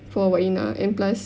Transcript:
for wak Ina and plus